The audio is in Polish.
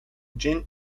dzień